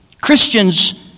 Christians